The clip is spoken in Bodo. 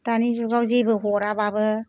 दानि जुगाव जेबो हराबाबो